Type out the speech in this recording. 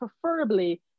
preferably